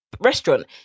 restaurant